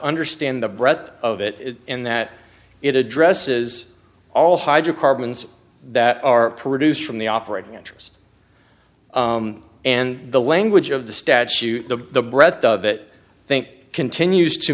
understand the breadth of it and that it addresses all hydrocarbons that are produced from the operating interest and the language of the statute the breadth of it i think continues to